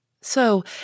So